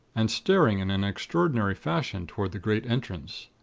and staring in an extraordinary fashion toward the great entrance.